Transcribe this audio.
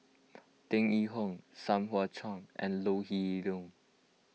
Tan Yee Hong Sai Hua Kuan and Ho Lee Ling